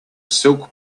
silk